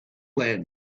then